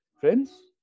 Friends